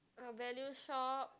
a value shop